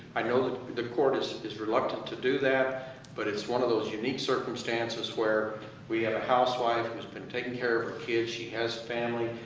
i know that the court is is reluctant to do that but it's one of those unique circumstances where we have a housewife who's been taking care of her kids. she has family.